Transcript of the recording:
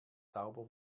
sauber